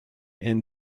and